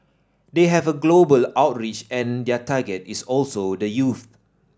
they have a global outreach and their target is also the youth